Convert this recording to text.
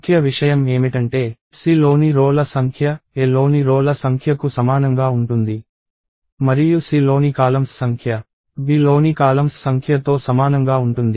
ముఖ్య విషయం ఏమిటంటే C లోని రో ల సంఖ్య Aలోని రో ల సంఖ్య కు సమానంగా ఉంటుంది మరియు C లోని కాలమ్స్ సంఖ్య Bలోని కాలమ్స్ సంఖ్య తో సమానంగా ఉంటుంది